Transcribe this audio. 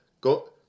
go